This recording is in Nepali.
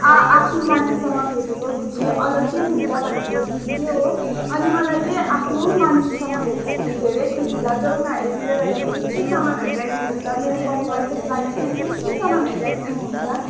आआफ्नो मान्छेसँग भेटेको खुसी अलग्गै हुन्छ भनेको ठिकै हो अनि मलाई चाहिँ आफ्नो मान्छेसँग भेट्दाखेरि धेरै खुसी लाग्छ उनीहरूले मेरो लागि के के सामानहरू ल्याइदिनुहुन्छ मेरो परिवारको लागि पनि के के सामानहरू ल्याइदिनुहुन्छ